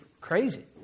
crazy